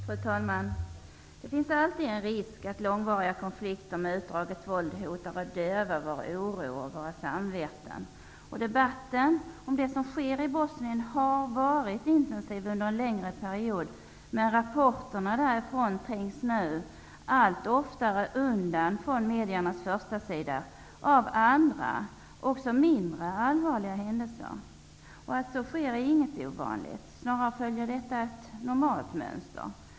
Fru talman! Det finns alltid en risk för att långvariga konflikter med utdraget våld hotar att döva vår oro och våra samveten. Debatten om det som sker i Bosnien har varit intensiv under en längre period. Men rapporterna därifrån trängs nu allt oftare undan från tidningarnas förstasidor av andra, även mindre allvarliga, händelser. Att så sker är inget ovanligt. Detta följer snarare ett normalt mönster.